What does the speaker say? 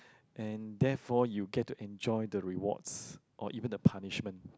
and therefore you get to enjoy the rewards or even the punishment